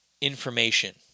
information